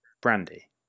brandy